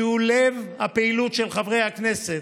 שהוא לב הפעילות של חברי הכנסת,